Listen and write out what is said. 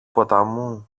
ποταμού